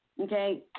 Okay